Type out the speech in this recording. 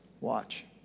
Watch